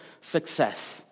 success